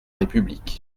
république